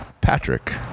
patrick